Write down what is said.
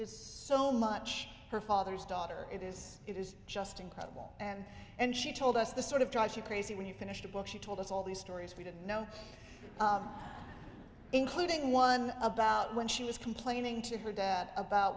is so much her father's daughter it is it is just incredible and and she told us the sort of drives you crazy when you finish the book she told us all the stories we didn't know including one about when she was complaining to her dad about